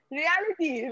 reality